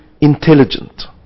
intelligent